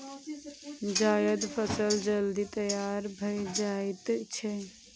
जायद फसल जल्दी तैयार भए जाएत छैक